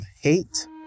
hate